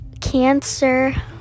cancer